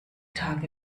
tage